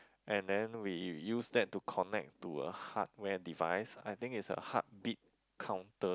and then we use that to connect to a hardware device I think it's a heartbeat counter